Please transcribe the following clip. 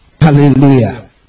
Hallelujah